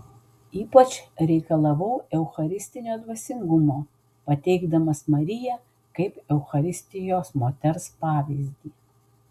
ypač reikalavau eucharistinio dvasingumo pateikdamas mariją kaip eucharistijos moters pavyzdį